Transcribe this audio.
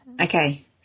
Okay